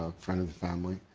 ah friend of the family,